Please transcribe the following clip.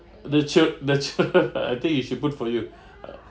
the childr~ the children I think he should book for you